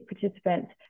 participants